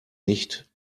nicht